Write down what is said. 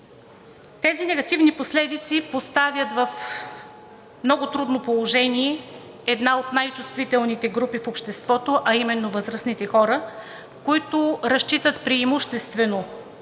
Тези негативни последици поставят в много трудно положение една от най-чувствителните групи в обществото, а именно възрастните хора, които разчитат преимуществено